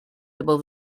above